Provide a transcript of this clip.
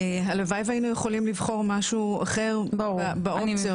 כי הלוואי והיינו יכולים לבחור משהו אחר באופציות.